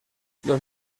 los